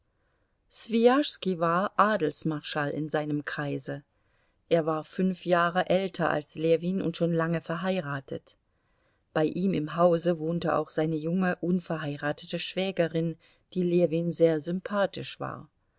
swijaschski war adelsmarschall in seinem kreise er war fünf jahre älter als ljewin und schon lange verheiratet bei ihm im hause wohnte auch seine junge unverheiratete schwägerin die ljewin sehr sympathisch war